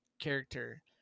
character